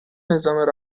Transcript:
نظام